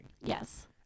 Yes